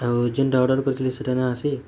ଆଉ ଯେନ୍ଟା ଅର୍ଡ଼ର୍ କରିଥିଲି ସେଟା ନାଇଁ ଆସି